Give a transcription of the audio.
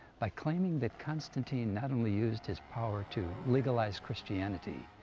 by claiming that constantine not only used his power to legalize christianity.